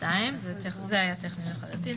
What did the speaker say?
התשמ"ב 1982,"; זה היה טכני לחלוטין.